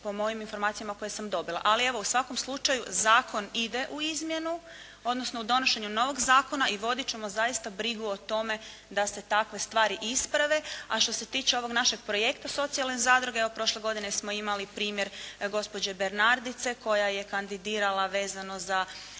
Po mojim informacijama koje sam dobila. Ali, evo u svakom slučaju zakon ide u izmjenu, odnosno u donošenje novog zakona i voditi ćemo zaista brigu o tome da se takve stvari isprave, a što se tiče ovog našeg projekta socijalne zadruge, prošle godine smo imali primjer gospođe Bernardice koja je kandidirala vezano za